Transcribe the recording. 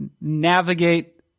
navigate